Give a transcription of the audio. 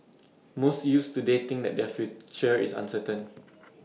most youths today think that their future is uncertain